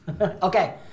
Okay